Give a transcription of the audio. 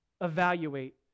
evaluate